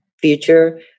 future